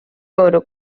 oro